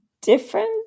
different